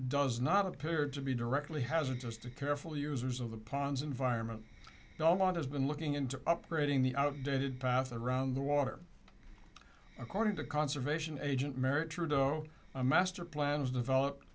does not appear to be directly hasn't just a careful users of the ponds environment they all want has been looking into upgrading the outdated path around the water according to conservation agent merritt trudeau a master plan was developed